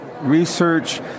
research